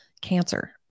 cancer